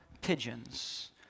pigeons